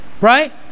right